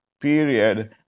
period